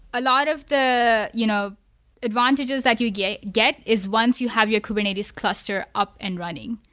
a lot of the you know advantages that you get get is once you have your kubernetes cluster up and running,